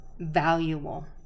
valuable